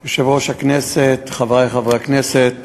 1 2. יושב-ראש הכנסת, חברי חברי הכנסת,